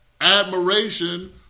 admiration